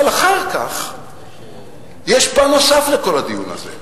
אבל אחר כך יש פן נוסף לכל הדיון הזה: